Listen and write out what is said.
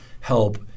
help